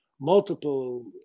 multiple